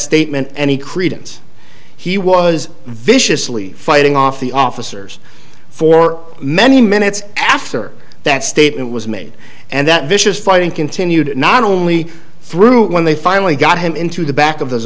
statement any credence he was viciously fighting off the officers for many minutes after that statement was made and that vicious fighting continued not only through when they finally got him into the back of